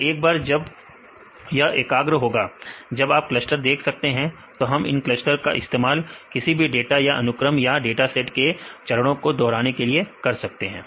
तो एक बार जब यह एकाग्र होगा जब आप क्लस्टर देख सकते हैं हम इन क्लस्टर का इस्तेमाल किसी भी डाटा या अनुक्रम या डाटा सेट के चरणो को दोहराने के लिए कर सकते हैं